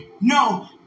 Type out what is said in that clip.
No